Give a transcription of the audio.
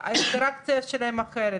האינטראקציה שלהם אחרת.